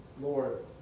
Lord